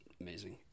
amazing